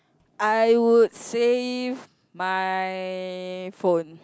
I would save my phone